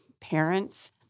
parents